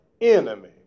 enemy